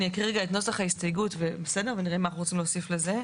אקרא את נוסח ההסתייגות ונראה מה אנחנו רוצים להוסיף לזה.